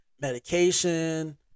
medication